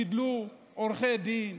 גידלו עורכי דין,